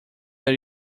that